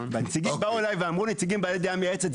באו אליי ואמרו נציגים בעלי דעה מייעצת,